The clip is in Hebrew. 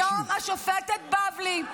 היום השופטת בבלי,